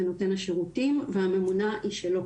זה נותן השירותים והממונה שהיא מטעמו.